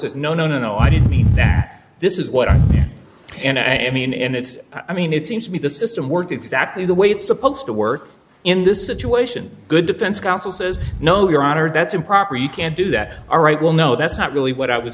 says no no no no i didn't mean this is what i and i mean and it's i mean it seems to me the system worked exactly the way it's supposed to work in this situation good defense counsel says no your honor that's improper you can't do that all right well no that's not really what i was